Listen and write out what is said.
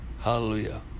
Hallelujah